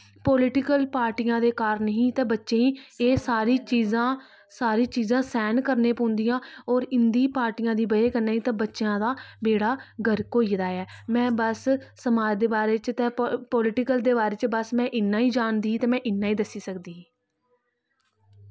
political पार्टियां दे कारण ही ते बच्चे गी एह् सारी चीजां सारी चीजां सैह्न करने पौंदियां होर इं'दे पार्टियां दी बजह कन्नै ते बच्चे दा बेड़ा गर्क होई गेदा ऐ में बस समाज दे बारे च ते पो पोलिटीकल पार्टियें दे बारे च बस में इन्ना गै जानदी ही ते में इन्ना ही दस्सी सकदी ही